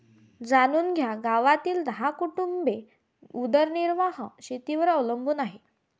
जाणून घ्या गावातील दहा कुटुंबे उदरनिर्वाह शेतीवर अवलंबून आहे